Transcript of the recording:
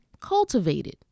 cultivated